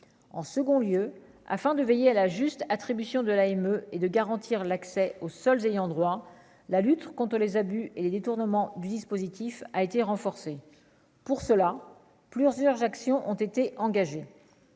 en second lieu, afin de veiller à la juste attribution de l'AME et de garantir l'accès aux seuls ayant droit, la lutte contre les abus et les détournements Xisco positif a été renforcée pour cela plusieurs j'actions ont été engagées,